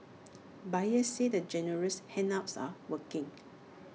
buyers say the generous handouts are working